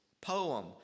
poem